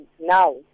now